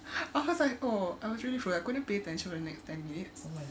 I was like oh I was really full I couldn't pay attention for the next ten minutes